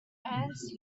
ants